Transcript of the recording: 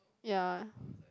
ya